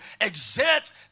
exert